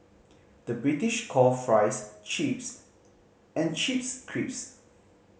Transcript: the British call fries chips and chips crisps